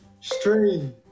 Stream